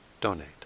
donate